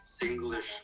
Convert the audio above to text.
english